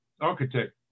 Architect